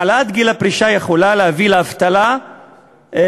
העלאת גיל הפרישה יכולה להביא לאבטלה דרסטית